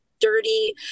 dirty